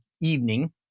evening